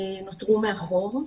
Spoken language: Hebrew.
נותרו מאחור,